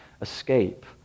escape